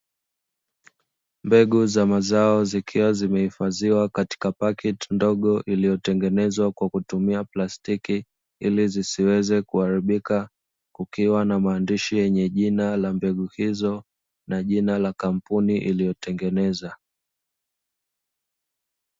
Mbegu za mazao zikiwa zimehifadhiwa katika pakiti ndogo iliyotengenezwa kwa kutumia plastiki ili zisiweze kuharibika, kukiwa na maandishi yenye jina la mbegu hizo na jina la kampuni iliyotengenezwa.